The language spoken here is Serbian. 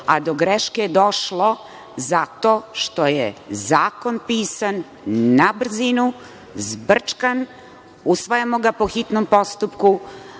Do greške je došlo zato što je zakon pisan na brzinu, zbrčkan, usvajamo ga po hitnom postupku,